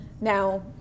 Now